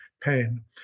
pain